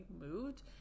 moved